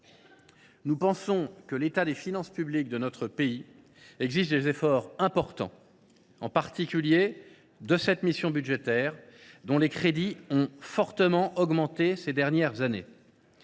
nous pensons que l’état des finances publiques de notre pays exige des efforts importants, en particulier de cette mission budgétaire, dont les crédits ont fortement augmenté au cours des dernières années.